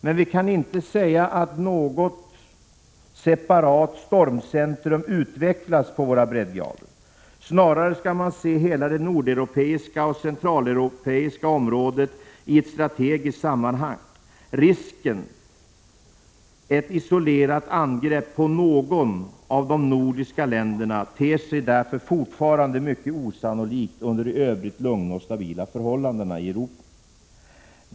Men vi kan inte säga att något separat stormcentrum har utvecklats på våra breddgrader. Snarare skall man se hela det nordeuropeiska och centraleuropeiska området i ett strategiskt sammanhang. Ett isolerat angrepp på något av de nordiska länderna ter sig därför forfarande mycket osannolikt under i övrigt lugna och stabila förhållanden i Europa.